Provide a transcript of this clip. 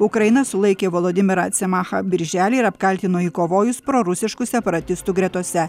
ukraina sulaikė vlodimirą cemachą birželį ir apkaltino jį kovojus prorusiškų separatistų gretose